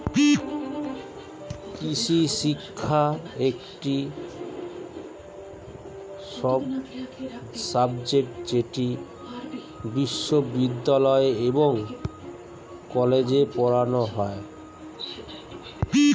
কৃষিশিক্ষা একটি সাবজেক্ট যেটি বিশ্ববিদ্যালয় এবং কলেজে পড়ানো হয়